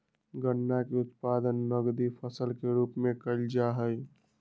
गन्ना के उत्पादन नकदी फसल के रूप में कइल जाहई